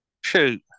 Shoot